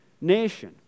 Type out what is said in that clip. nation